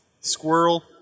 Squirrel